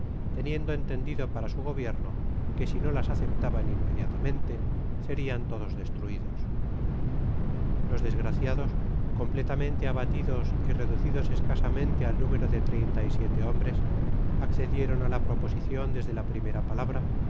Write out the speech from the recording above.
teniendo entendido para su gobierno que si no las aceptaban inmediatamente serian todos destruidos los desgraciados completamente abatidos y reducidos escasamente al número de treinta y siete hombres accedieron á la proposicion desde la primera palabra